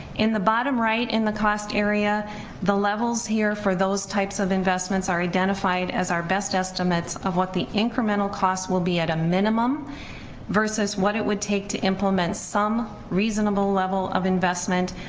in the bottom right in the cost area the levels here for those types of investments are identified as our best estimates of what the incremental cost will be at a minimum versus what it would take to implement some reasonable level of investment,